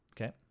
Okay